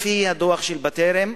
לפי הדוח של "בטרם"